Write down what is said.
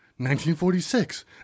1946